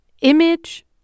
image